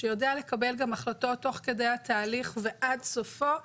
שיודע לקבל גם החלטות תוך כדי התהליך ועד סופו,